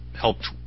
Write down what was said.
helped